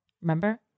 Remember